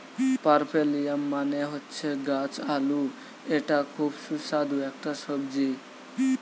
পার্পেলিয়াম মানে হচ্ছে গাছ আলু এটা খুব সুস্বাদু একটা সবজি